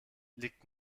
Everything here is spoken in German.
liegt